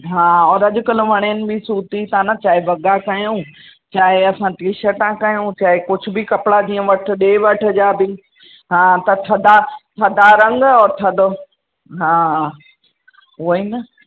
हा और अॼु कल्ह वणेनि बि सूट ई था न चाहे वॻा पायूं चाहे असां टी शर्टां कयूं चाहे कुझु बि कपिड़ा जीअं वठु जीअं ॾे वठी जा बि हा त थधा थधा रंग और थधो हा उहा ई न